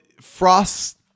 frost